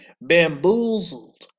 bamboozled